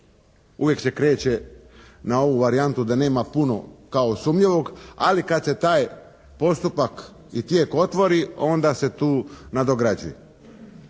uvijek se kreće na ovu varijantu da nema puno kao sumnjivog, ali kad se taj postupak i tijek otvori onda se tu nadograđuje.